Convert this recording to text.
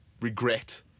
regret